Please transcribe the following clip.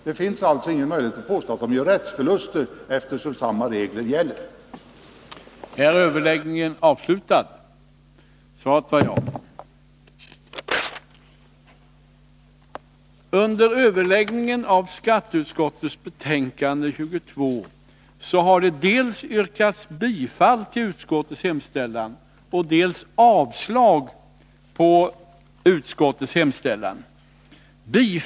Det finns alltså ingen möjlighet att påstå att rättsförluster har gjorts — samma regler som tidigare gäller.